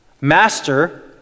Master